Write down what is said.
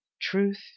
truth